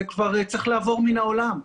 זה צריך לעבור מן העולם.